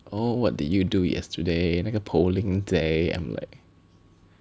oh what did you do yesterday 那个 polling day I'm like